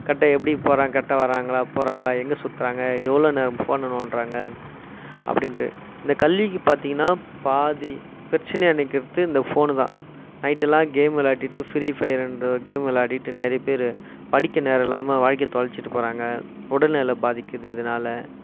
கரெக்டாக எப்படி போகிறான் கரெக்டாக வராங்களா போகிறாங்களா எங்கே சுற்றுறாங்க எவ்வளோ நேரம் ஃபோனை நோண்டுறாங்க அப்படின்ட்டு இந்த கல்விக்கு பார்த்தீங்கனா பாதி பிரச்சினையா நிற்கிறது இந்த ஃபோனு தான் நைடெலாம் கேம்மு விளையாட்டிட்டு ஃப்ரீ ஃபையருகிற ஒரு கேம் விளையாடிட்டு நிறைய பேர் படிக்க நேரம் இல்லாமல் வாழ்க்கைய தொலைச்சுட்டு போகிறாங்க உடல் நிலை பாதிக்குது இதனால